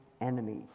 enemies